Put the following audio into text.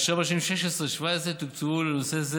ובשנים 2016 2017 הוקצבו לנושא זה